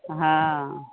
अहँ